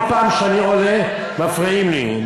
כל פעם שאני עולה, מפריעים לי.